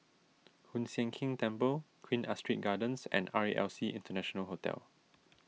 Hoon Sian Keng Temple Queen Astrid Gardens and R E L C International Hotel